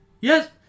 Yes